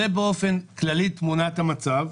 זה באופן כללי תמונת המצב.